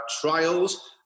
trials